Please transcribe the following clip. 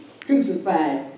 crucified